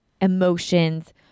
emotions